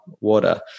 water